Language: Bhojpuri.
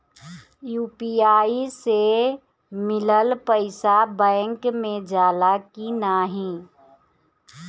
यू.पी.आई से मिलल पईसा बैंक मे जाला की नाहीं?